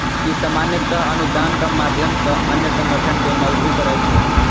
ई सामान्यतः अनुदानक माध्यम सं अन्य संगठन कें मदति करै छै